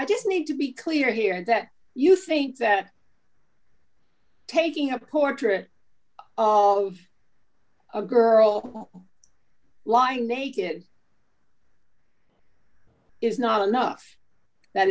i just need to be clear here that you think that taking a portrait of a girl lying naked is not enough that